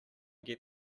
get